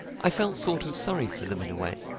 i felt sort of sorry for them in a way,